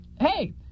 Hey